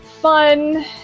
fun